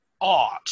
art